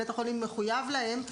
בית החולים מחויב להם,